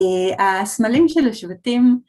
‫הסמלים של השבטים...